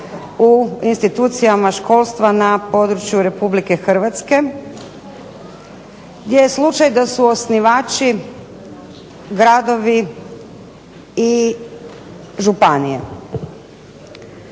u institucijama školstva na području RH, gdje je slučaj da su osnivači gradovi i županije.